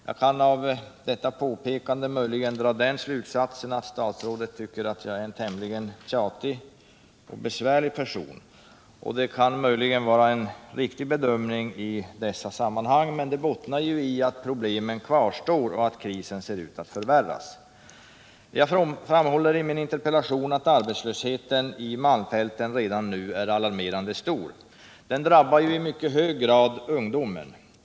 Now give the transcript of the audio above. Jag kan av detta påpekande möjligen dra den slutsatsen att statsrådet tycker att jag är en tjatig och besvärlig person. Det kan möjligen vara en riktig bedömning i dessa sammanhang, men det bottnar ju i att problemen kvarstår och att krisen ser ut att förvärras. Jag framhåller i min interpellation att arbetslösheten i malmfälten redan nu är alarmerande stor. Den drabbar i mycket hög grad ungdomen.